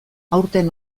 aurten